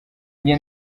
njye